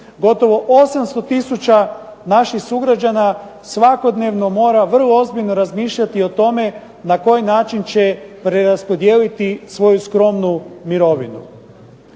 Gotovo 800000 naših sugrađana svakodnevno mora vrlo ozbiljno razmišljati o tome na koji način će preraspodijeliti svoju skromnu mirovinu.